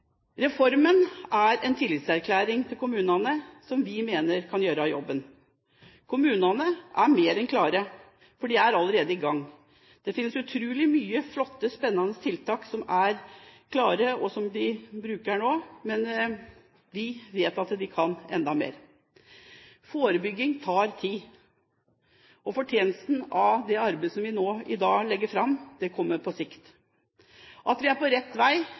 Reformen er en tillitserklæring til kommunene, som vi mener kan gjøre jobben. Kommunene er mer enn klare. De er allerede i gang. Det finnes utrolig mange flotte, spennende tiltak som er klare, og som de bruker nå, men vi vet at de kan enda mer. Forebygging tar tid. Fortjenesten av det arbeidet som vi nå i dag legger fram, kommer på sikt. At vi er på rett vei,